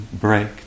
break